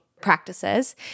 practices